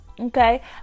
Okay